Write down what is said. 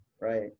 Right